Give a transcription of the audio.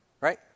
right